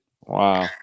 Wow